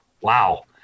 wow